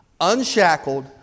unshackled